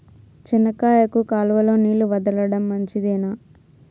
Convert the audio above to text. చెనక్కాయకు కాలువలో నీళ్లు వదలడం మంచిదేనా?